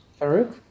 Farouk